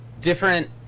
different